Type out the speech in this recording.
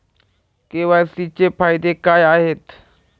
KYC चे फायदे काय आहेत?